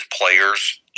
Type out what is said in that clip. players